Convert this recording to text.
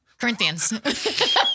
Corinthians